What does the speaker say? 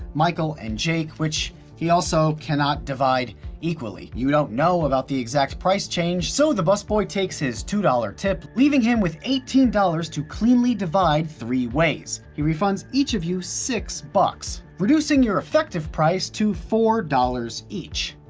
michael and jake, which he also can't divide equally. you don't know about the exact price change, so the busboy takes his two dollars tip, leaving him with eighteen dollars to cleanly divide three ways. he refunds each of you six dollars bucks. reducing your effective price to four dollars each.